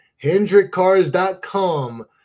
HendrickCars.com